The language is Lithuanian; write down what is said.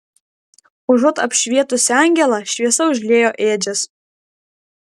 užuot apšvietusi angelą šviesa užliejo ėdžias